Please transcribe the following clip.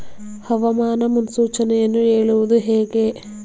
ಹವಾಮಾನ ಮುನ್ಸೂಚನೆಯನ್ನು ಹೇಳುವುದು ಹೇಗೆ?